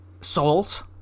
souls